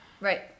Right